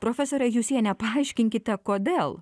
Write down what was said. profesore jusiene paaiškinkite kodėl